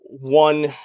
one